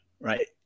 right